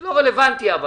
זה לא רלוונטי אבל,